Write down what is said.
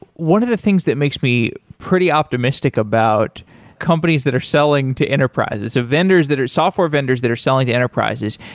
one of the things that makes me pretty optimistic about companies that are selling to enterprises, the vendors that are software vendors that are selling to enterprises,